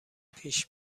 پیش